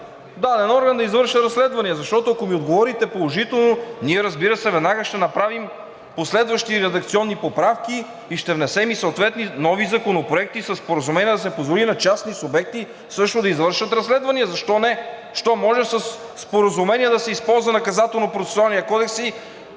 даден орган да извършва разследвания? Защото, ако ми отговорите положително, ние, разбира се, веднага ще направим последващи редакционни поправки и ще внесем и съответни нови законопроекти да се позволи на частни субекти също да извършват разследвания. Защо не, щом може със споразумение да се използват Наказателно-процесуалния кодекс